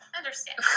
understand